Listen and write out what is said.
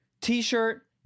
t-shirt